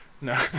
No